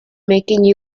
making